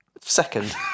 Second